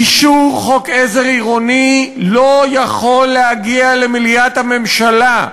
אישור חוק עזר עירוני לא יכול להגיע למליאת הממשלה.